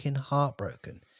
heartbroken